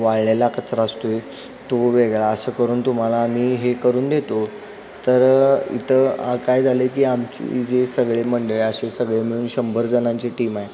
वाळलेला कचरा असतोय तो वेगळा असं करून तुम्हाला आम्ही हे करून देतो तर इथं काय झालं आहे की आमची जे सगळे मंडळी अशी सगळे मिळून शंभरजणांची टीम आहे